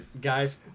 guys